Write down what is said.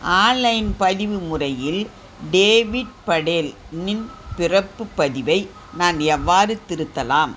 online பதிவு முறையில் David படேலினின் பிறப்புப் பதிவை நான் எவ்வாறு திருத்தலாம்